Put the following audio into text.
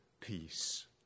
peace